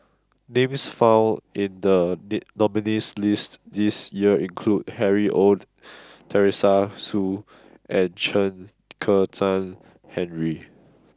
names found in the date nominees' list this year include Harry Ord Teresa Hsu and Chen Kezhan Henri